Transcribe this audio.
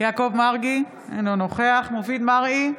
יעקב מרגי, אינו נוכח מופיד מרעי,